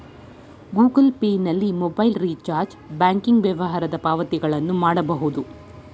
Google Pay ನಲ್ಲಿ mobile recharge, banking ವ್ಯವಹಾರದ ಪಾವತಿಗಳನ್ನು ಮಾಡಬೋದು